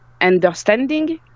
understanding